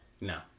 No